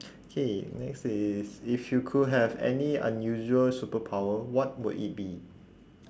K next is if you could have any unusual superpower what would it be